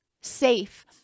safe